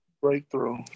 breakthrough